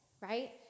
Right